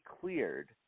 cleared